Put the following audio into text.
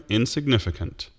insignificant